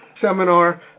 seminar